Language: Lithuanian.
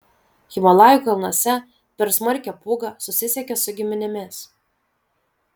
himalajų kalnuose per smarkią pūgą susisiekė su giminėmis